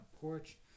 porch